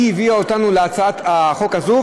הביא אותנו להצעת החוק הזאת,